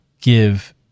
give